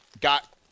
got